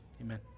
Amen